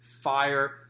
fire